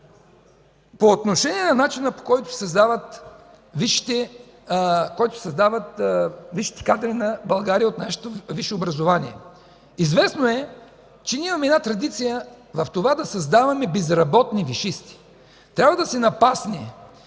По отношение на начина, по който се създават висшите кадри на България от нашето висше образование. Известно е, че ние имаме една традиция в това да създаваме безработни висшисти. Трябва да се напасне